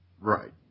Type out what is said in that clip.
Right